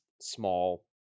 small